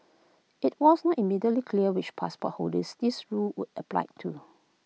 IT was not immediately clear which passport holders this rule would apply to